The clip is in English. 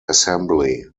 assembly